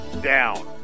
down